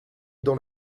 dans